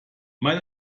mein